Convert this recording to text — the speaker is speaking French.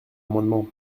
amendement